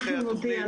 אנחנו נודיע.